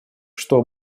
что